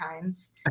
times